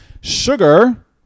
Sugar